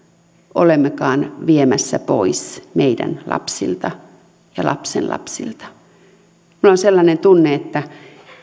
olemmekaan viemässä pois meidän lapsiltamme ja lapsenlapsiltamme minulla on sellainen tunne että